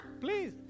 Please